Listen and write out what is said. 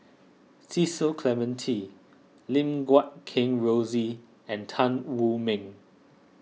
Cecil Clementi Lim Guat Kheng Rosie and Tan Wu Meng